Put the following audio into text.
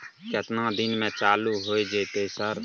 केतना दिन में चालू होय जेतै सर?